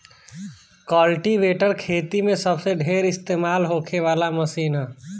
cultivator खेती मे सबसे ढेर इस्तमाल होखे वाला मशीन बा